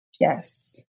Yes